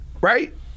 right